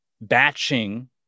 batching